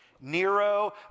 Nero